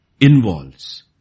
involves